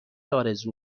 آرزو